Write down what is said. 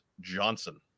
Johnson